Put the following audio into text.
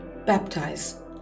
Baptize